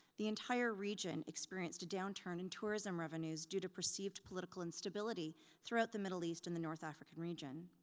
the entire region experienced a downturn in tourism revenues due to perceived political instability throughout the middle east and the north african region.